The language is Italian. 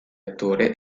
attore